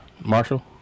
Marshall